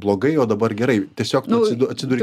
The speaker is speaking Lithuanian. blogai o dabar gerai tiesiog tu atsi atsiduri